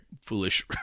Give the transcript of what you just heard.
foolish